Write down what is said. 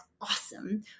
awesome